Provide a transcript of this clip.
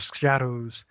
shadows